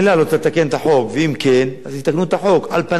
על פניו, שאילתא טובה אבל מוקדמת מאוד.